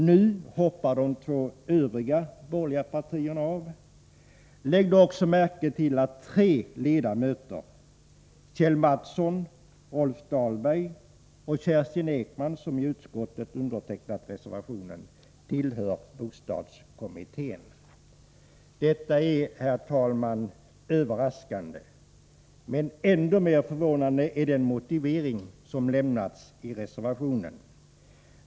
Nu hoppar de två Övriga borgerliga partierna av. Lägg också märke till att tre ledamöter — Kjell Mattsson, Rolf Dahlberg och Kerstin Ekman — som undertecknat reservationen tillhör bostadskommittén. Detta är, herr talman, överraskande. Men ändå mer förvånande är den motivering som lämnats i reservationen.